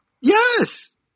Yes